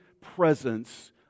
presence